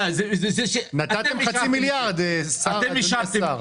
נתתם חצי מיליארד, אדוני השר.